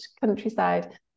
countryside